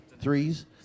threes